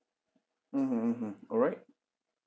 mmhmm mmhmm alright